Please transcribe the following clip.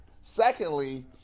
Secondly